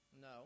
No